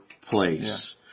place